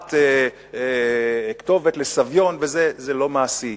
העברת כתובת לסביון, זה לא מעשי.